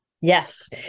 Yes